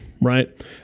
right